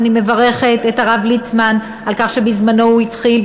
ואני מברכת את הרב ליצמן על כך שבזמנו הוא התחיל,